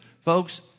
Folks